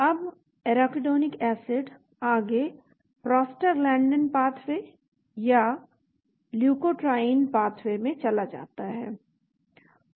अब arachidonic acid आगे prostaglandin pathway या ल्यूकोट्राईइन पाथवे में चला जाता है